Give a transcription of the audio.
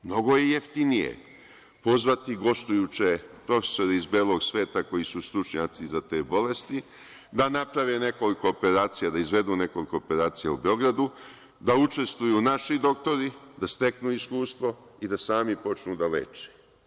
Mnogo je jeftinije pozvati gostujuće profesore iz belog sveta koji su stručnjaci za te bolesti da naprave nekoliko operacija, da izvedu nekoliko operacija u Beogradu, da učestvuju naši doktori, da steknu iskustvo i da sami počnu da leče.